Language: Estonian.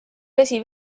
vesi